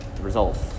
results